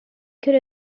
could